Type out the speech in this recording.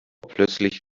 plötzlich